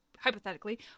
hypothetically